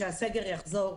כשהסגר יחזור,